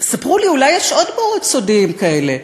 ספרו לי, אולי יש עוד בורות סודיים כאלה.